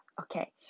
okay